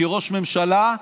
כראש הממשלה,